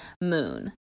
moon